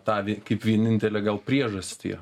tą vi kaip vienintelę gal priežastį